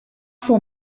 for